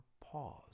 pause